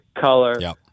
color